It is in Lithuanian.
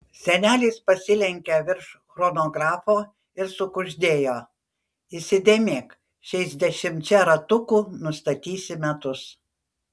senelis pasilenkė virš chronografo ir sukuždėjo įsidėmėk šiais dešimčia ratukų nustatysi metus